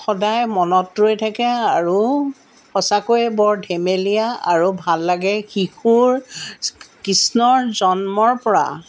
সদায় মনত ৰৈ থাকে আৰু সঁচাকৈয়ে বৰ ধেমেলীয়া আৰু ভাল লাগে শিশুৰ কৃষ্ণৰ জন্মৰ পৰা